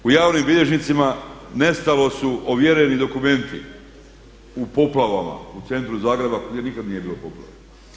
U javnim bilježnicima nestali su ovjereni dokumenti u poplavama u centru Zagreba gdje nikad nije bilo poplave.